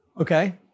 Okay